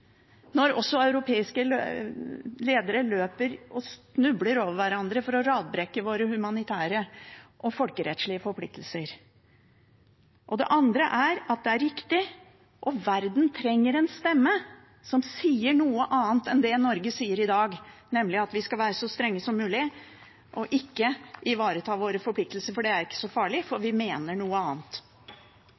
når også europeiske ledere løper og snubler over hverandre for å radbrekke våre humanitære og folkerettslige forpliktelser. En annen ting er at det er riktig, og verden trenger en stemme som sier noe annet enn det Norge sier i dag, nemlig at vi skal være så strenge som mulig og ikke ivareta våre forpliktelser, for det er ikke så farlig, for vi mener noe annet.